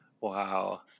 Wow